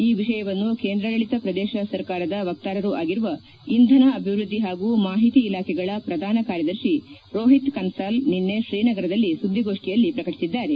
ಈ ವಿಷಯವನ್ನು ಕೇಂದ್ರಾಡಳಿತ ಪ್ರದೇಶ ಸರ್ಕಾರದ ವಕ್ತಾರರು ಆಗಿರುವ ಇಂಧನ ಅಭಿವ್ವದ್ದಿ ಹಾಗೂ ಮಾಹಿತಿ ಇಲಾಖೆಗಳ ಪ್ರಧಾನ ಕಾರ್ಯದರ್ಶಿ ರೋಹಿತ್ ಕನ್ನಾಲ್ ನಿನ್ನೆ ಶ್ರೀನಗರದಲ್ಲಿ ಸುದ್ದಿಗೋಷ್ಠಿಯಲ್ಲಿ ಈ ವಿಷಯ ಪ್ರಕಟಿಸಿದ್ದಾರೆ